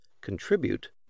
contribute